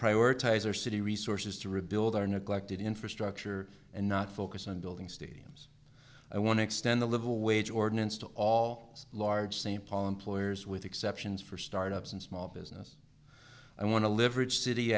prioritize or city resources to rebuild our neglected infrastructure and not focus on building stadiums i want to extend the livable wage ordinance to all large st paul employers with exceptions for startups and small business i want to live rich city